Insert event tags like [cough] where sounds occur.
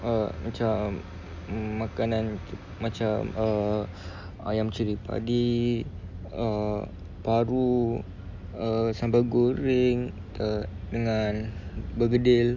ah macam makanan macam err [breath] ayam cili padi uh paru uh sambal goreng uh dengan bergedil